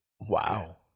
Wow